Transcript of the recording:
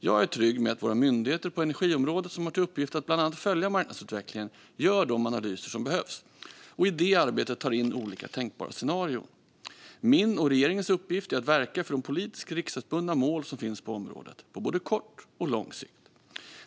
Jag är trygg med att våra myndigheter på energiområdet, som har till uppgift att bland annat följa marknadsutvecklingen, gör de analyser som behövs och i det arbetet tar in olika tänkbara scenarier. Min och regeringens uppgift är att verka för de politiska riksdagsbundna mål som finns på området, på både kort och lång sikt.